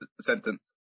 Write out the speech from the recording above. sentence